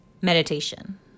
meditation